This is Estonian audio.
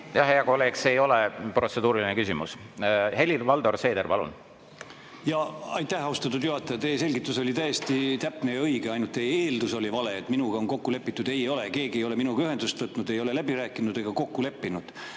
palun! Hea kolleeg, see ei ole protseduuriline küsimus. Helir-Valdor Seeder, palun! Aitäh! Austatud juhataja, teie selgitus oli täiesti täpne ja õige, ainult teie eeldus oli vale: et minuga on kokku lepitud. Ei ole! Keegi ei ole minuga ühendust võtnud, ei ole läbi rääkinud ega kokku leppinud.